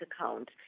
account